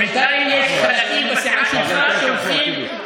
בינתיים יש חלקים בסיעה שלך שהולכים,